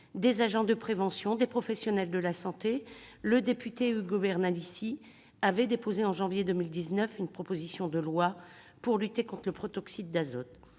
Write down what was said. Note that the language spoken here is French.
des agents de prévention et des professionnels de la santé, le député Ugo Bernalicis avait déposé au mois de janvier 2019 une proposition de loi pour lutter contre le protoxyde d'azote.